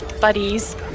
buddies